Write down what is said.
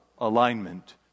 alignment